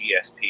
GSP